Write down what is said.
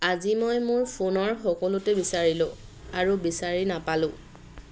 আজি মই মোৰ ফোনৰ সকলোতে বিচাৰিলো আৰু বিচাৰি নাপালোঁ